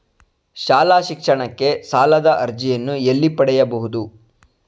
ಶಾಲಾ ಶಿಕ್ಷಣಕ್ಕೆ ಸಾಲದ ಅರ್ಜಿಯನ್ನು ಎಲ್ಲಿ ಪಡೆಯಬಹುದು?